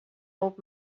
old